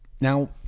now